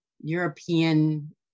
European